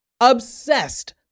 obsessed